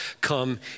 come